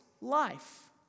life